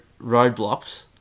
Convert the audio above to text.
roadblocks